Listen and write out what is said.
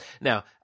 Now